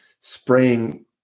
spraying